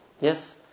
Yes